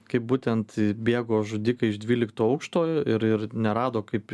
kaip būtent bėgo žudikai iš dvylikto aukšto ir ir nerado kaip